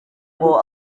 ngo